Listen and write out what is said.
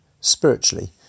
spiritually